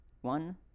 one